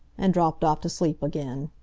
and dropped off to sleep again.